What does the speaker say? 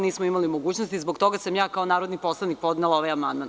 Nismo imali mogućnosti i zbog toga sam kao narodni poslanik podnela ovaj amandman.